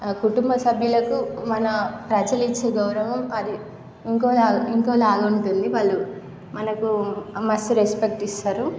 కుటుంబ సభ్యులకు మన ప్రజలు ఇచ్చే గౌరవం అది ఇంకోలా ఇంకోలాగా ఉంటుంది వాళ్ళు మనకు మస్తు రెస్పెక్ట్ ఇస్తారు